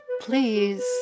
please